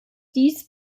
dies